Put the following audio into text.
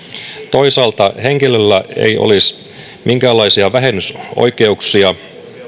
toisaalta henkilöllä ei olisi minkäänlaisia vähennysoikeuksia